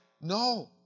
No